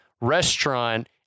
restaurant